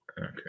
okay